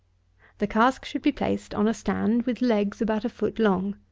the cask should be placed on a stand with legs about a foot long.